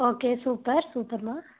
okay super சூப்பர்ம்மா